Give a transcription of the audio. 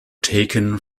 taken